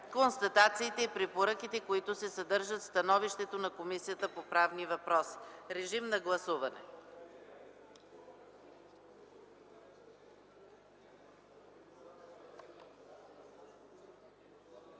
констатациите и препоръките, които се съдържат в становището на Комисията по правни въпроси.” Режим на гласуване!